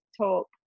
talk